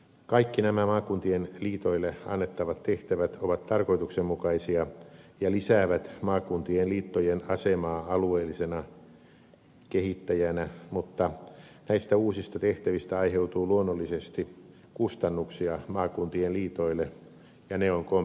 kaikki nämä maakuntien liitoille annettavat tehtävät ovat tarkoituksenmukaisia ja lisäävät maakuntien liittojen asemaa alueellisena kehittäjänä mutta näistä uusista tehtävistä aiheutuu luonnollisesti kustannuksia maakuntien liitoille ja ne on kompensoitava